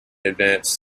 advanced